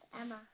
Emma